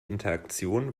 interaktion